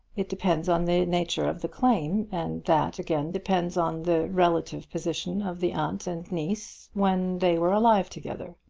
it depends on the nature of the claim and that again depends on the relative position of the aunt and niece when they were alive together.